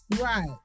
Right